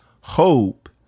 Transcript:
hope